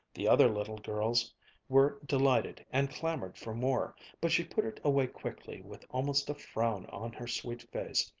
the other little girls were delighted and clamored for more, but she put it away quickly with almost a frown on her sweet face,